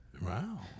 Wow